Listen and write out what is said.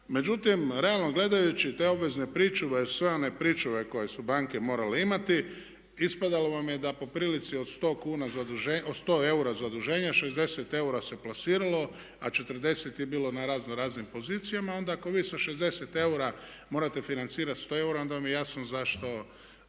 Međutim, realno gledajući te obvezne pričuve jer sve one pričuve koje su banke morale imati ispadalo vam je da po prilici od 100 eura zaduženja 60 eura se plasiralo, a 40 je bilo na raznoraznim pozicijama. Onda ako vi sa 60 eura morate financirati 100 eura onda vam je jasno zašto